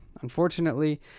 Unfortunately